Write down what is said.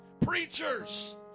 preachers